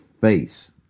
face